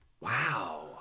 Wow